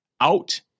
out